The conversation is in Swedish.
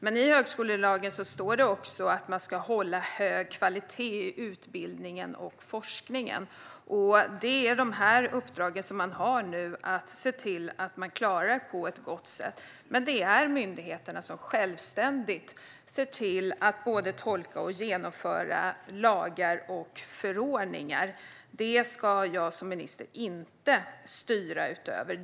Men i högskolelagen står det också att man ska hålla hög kvalitet i utbildningen och forskningen, och det är de uppdragen man nu har att se till att man klarar på ett gott sätt. Det är dock myndigheterna som självständigt ser till att både tolka och genomföra lagar och förordningar. Det ska jag som minister inte styra över.